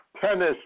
tennis